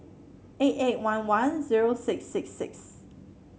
eight eight one one zero six six six